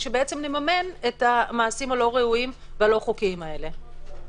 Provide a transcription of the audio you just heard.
שבעצם נממן את המעשים הלא ראויים והלא חוקיים האלה?